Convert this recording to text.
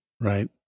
Right